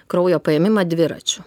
kraujo paėmimą dviračiu